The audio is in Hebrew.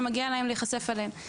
שמגיע להם להיחשף אליהם.